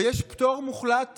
ויש פטור מוחלט